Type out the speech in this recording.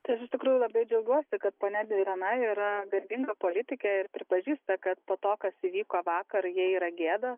tai aš iš tikrųjų labai džiaugiuosi kad ponia irena yra garbinga politikė ir pripažįsta kad po to kas įvyko vakar jai yra gėda